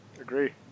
Agree